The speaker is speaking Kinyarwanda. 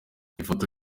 ifoto